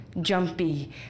jumpy